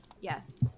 Yes